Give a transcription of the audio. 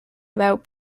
about